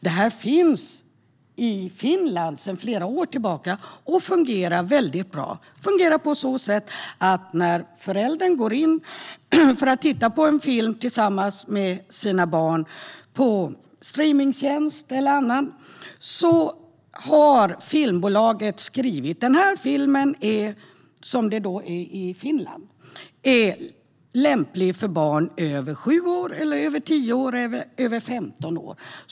Det finns i Finland sedan flera år tillbaka och fungerar väldigt bra. Det fungerar på så sätt att när föräldrar ska titta på en film tillsammans med sina barn via en streamningstjänst eller något annat ser de att filmbolaget har skrivit att filmen - så är det i Finland - är lämplig för barn över sju år, barn över tio år eller barn över femton år.